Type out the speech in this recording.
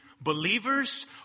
believers